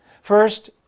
First